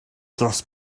dros